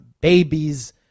babies